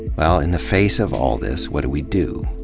well, in the face of all this, what do we do?